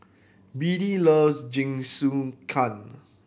Beadie loves Jingisukan